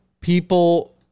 people